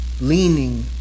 leaning